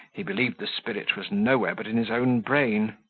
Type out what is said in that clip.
he believed the spirit was nowhere but in his own brain.